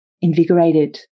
invigorated